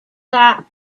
that